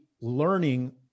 learning